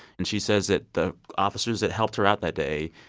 and she says that the officers that helped her out that day,